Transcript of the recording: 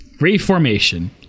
Reformation